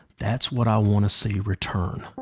that's what i wanna see return.